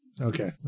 Okay